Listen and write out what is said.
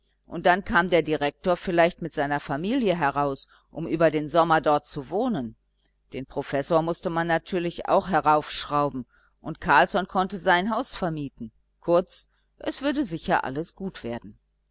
und dann kam der direktor vielleicht mit seiner familie heraus um dort den sommer über zu wohnen den professor mußte man natürlich auch heraufschrauben und carlsson konnte sein haus vermieten kurz es würde sicher alles gut werden